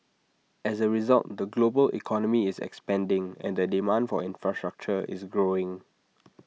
as A result the global economy is expanding and the demand for infrastructure is growing